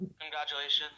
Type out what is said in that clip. Congratulations